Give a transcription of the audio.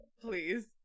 please